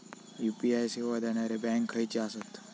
UPI सेवा देणारे bank खयचे आसत?